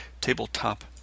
tabletop